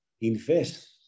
invest